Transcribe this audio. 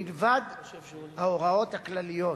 מלבד ההוראות הכלליות